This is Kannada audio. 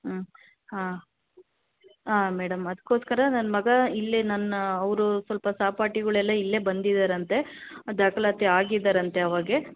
ಹಾಂ ಹಾಂ ಹಾಂ ಮೇಡಮ್ ಅದಕ್ಕೋಸ್ಕರ ನನ್ನ ಮಗ ಇಲ್ಲೇ ನನ್ನ ಅವರು ಸ್ವಲ್ಪ ಸಹಪಾಠಿಗಳೆಲ್ಲ ಇಲ್ಲೇ ಬಂದಿದ್ದಾರಂತೆ ದಾಖಲಾತಿ ಆಗಿದ್ದಾರಂತೆ ಆವಾಗೆ